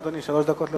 שלוש דקות לרשותך.